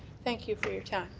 thank you for your time.